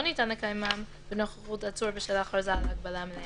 ניתן לקיימם בנוכחות עצור בשל הכרזה על הגבלה מלאה".